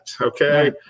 okay